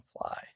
fly